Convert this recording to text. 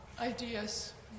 ideas